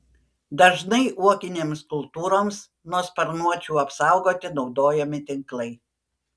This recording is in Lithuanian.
dažnai uoginėms kultūroms nuo sparnuočių apsaugoti naudojami tinklai